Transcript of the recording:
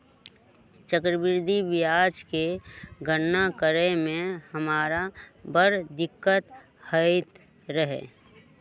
चक्रवृद्धि ब्याज के गणना करे में हमरा बड़ दिक्कत होइत रहै